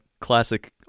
classic